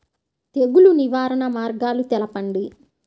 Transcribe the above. తెగులు నివారణ మార్గాలు తెలపండి?